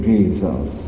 Jesus